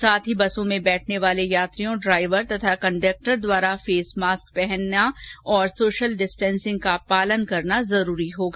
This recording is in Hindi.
साथ ही बसों में बैठने वाले यात्रियों ड्राइवर तथा कंडक्टर द्वारा फेस मास्क पहनना और सोशल डिस्टेंसिंग का पालन करना जरूरी होगा